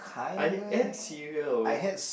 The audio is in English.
I eh to see you